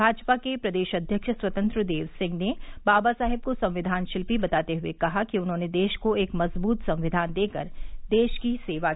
भाजपा के प्रदेश अध्यक्ष स्वतंत्र देव सिंह ने बाबा साहेब को संविधान शिल्पी बताते हुए कहा कि उन्होंने देश को एक मजबूत संविधान देकर देश की सेवा की है